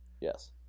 Yes